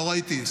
לא ראיתי,